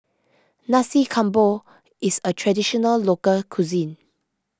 Nasi Campur is a Traditional Local Cuisine